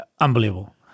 Unbelievable